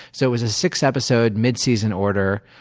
so it was a six-episode mid-season order.